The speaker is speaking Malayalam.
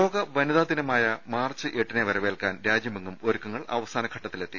ലോക വനിതാദിനമായ മാർച്ച് എട്ടിനെ വരവേൽക്കാൻ രാജ്യമെങ്ങും ഒരുക്കങ്ങൾ അവസാനഘട്ടത്തിലെത്തി